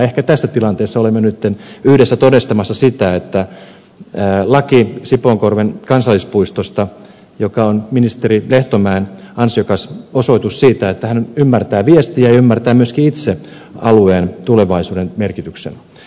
ehkä tässä tilanteessa olemme nyt yhdessä todistamassa sitä että säädetään laki sipoonkorven kansallispuistosta joka on ministeri lehtomäen ansiokas osoitus siitä että hän ymmärtää viestiä ja ymmärtää myöskin itse alueen tulevaisuuden merkityksen